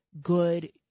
good